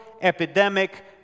epidemic